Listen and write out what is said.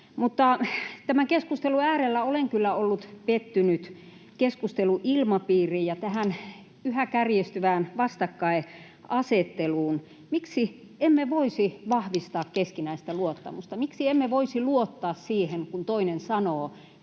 tämän keskustelun äärellä olen kyllä ollut pettynyt keskusteluilmapiiriin ja tähän yhä kärjistyvään vastakkainasetteluun. Miksi emme voisi vahvistaa keskinäistä luottamusta? Miksi emme voisi luottaa siihen, kun toinen sanoo